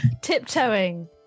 Tiptoeing